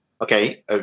okay